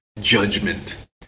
judgment